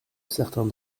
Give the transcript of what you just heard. certains